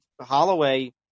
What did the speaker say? Holloway